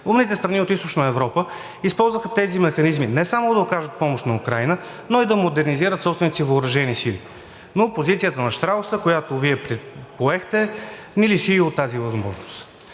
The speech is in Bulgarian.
Умните страни от Източна Европа използваха тези механизми не само да окажат помощ на Украйна, но и да модернизират собствените си въоръжени сили. Но позицията на щрауса, която Вие поехте, ни лиши и от тази възможност.